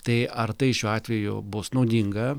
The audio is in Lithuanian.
tai ar tai šiuo atveju bus naudinga